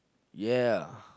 ya